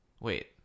Wait